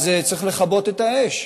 אז צריך לכבות את האש.